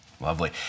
Lovely